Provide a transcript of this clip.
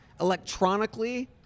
electronically